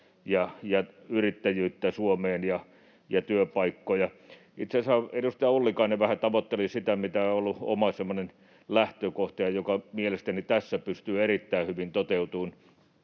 ja yrittäjyyttä Suomeen ja työpaikkoja. Itse asiassa edustaja Ollikainen vähän tavoitteli sitä, mikä on ollut semmoinen oma lähtökohtani ja mikä mielestäni tässä pystyy erittäin hyvin toteutumaan,